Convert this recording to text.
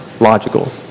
logical